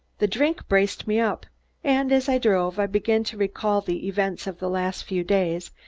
the drink braced me up and as i drove i began to recall the events of the last few days,